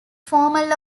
formal